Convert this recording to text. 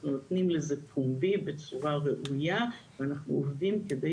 אנחנו נותנים לזה פומבי בצורה ראויה ואנחנו עובדים כדי